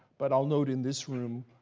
but i'll note, in this room,